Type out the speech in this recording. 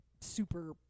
super